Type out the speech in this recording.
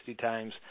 times